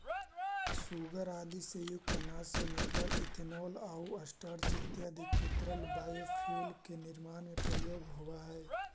सूगर आदि से युक्त अनाज से निकलल इथेनॉल आउ स्टार्च इत्यादि के तरल बायोफ्यूल के निर्माण में प्रयोग होवऽ हई